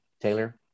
Taylor